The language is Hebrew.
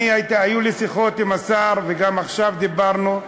היו לי שיחות עם השר, וגם עכשיו דיברנו,